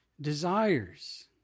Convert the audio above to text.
desires